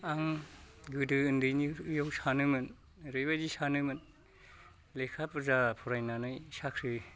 आं गोदो उन्दैनियाव सानोमोन ओरैबादि सानोमोन लेखा बुरजा फरायनानै साख्रि